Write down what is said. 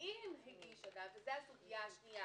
"אם הגיש ערר וזו הסוגיה השנייה